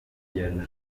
nyuma